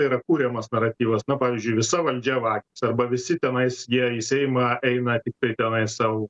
tai yra kuriamas naratyvas na pavyzdžiui visa valdžia vagys arba visi tenais jie į seimą eina tiktai tenai sau